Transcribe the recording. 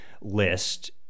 list